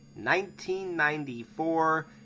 1994